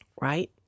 Right